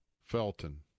Felton